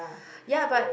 ya but